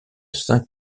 saint